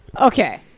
Okay